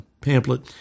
pamphlet